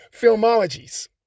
filmologies